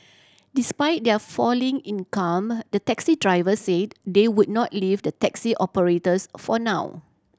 despite their falling income the taxi drivers said they would not leave the taxi operators for now